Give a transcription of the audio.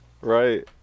Right